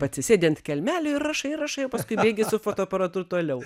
atsisėdi ant kelmelio ir rašai rašai o paskui bėgi su fotoaparatu toliau